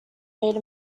made